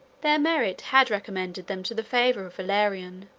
their merit had recommended them to the favor of valerian,